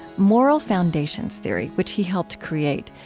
moral foundations theory, which he helped create,